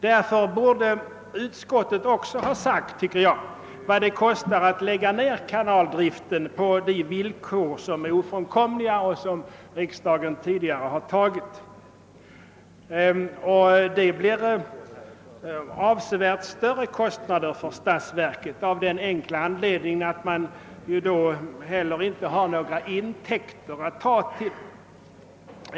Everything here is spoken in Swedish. Därför tycker jag att utskottet också borde ha sagt vad det kostar att lägga ner kanaldriften på de villkor som i så fall är ofrånkomliga och som riksdagen tidigare har godkänt. Det blir avsevärt större kostnader för statsverket av den enkla anledningen att man då inte får några intäkter.